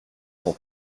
son